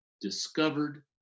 discovered